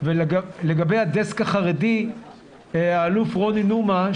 ולגבי הדסק החרדי האלוף רוני נומה,